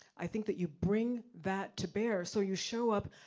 i think that you bring that to bear, so you show up.